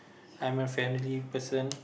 I'm a family person